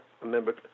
remember